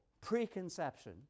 preconception